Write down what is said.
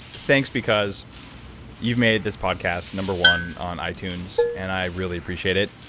thanks because you've made this podcast number one on itunes and i really appreciate it.